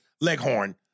Leghorn